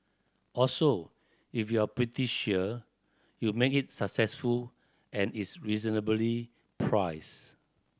also if you're pretty sure you make it successful and it's reasonably priced